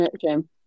Jim